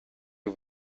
you